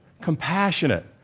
compassionate